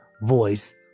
voice